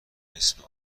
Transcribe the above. اسم